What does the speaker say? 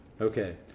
okay